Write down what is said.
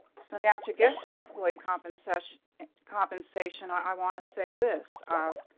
so now to get two employee compensation compensation. i wanna say this of,